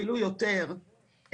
אפילו יותר,